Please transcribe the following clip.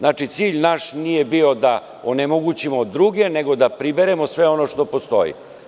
Naš cilj nije bio da onemogućimo druge nego da priberemo sve ono što postoji.